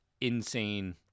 insane